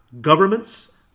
Governments